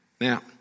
Now